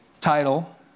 title